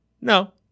no